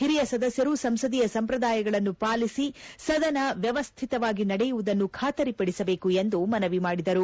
ಹಿರಿಯ ಸದಸ್ಯರು ಸಂಸದೀಯ ಸಂಪ್ರದಾಯಗಳನ್ನು ಪಾಲಿಸಿ ಸದನ ವ್ಲವಸ್ಥಿತವಾಗಿ ನಡೆಯುವುದನ್ನು ಖಾತರಿಪಡಿಸಬೇಕು ಎಂದು ಮನವಿ ಮಾಡಿದರು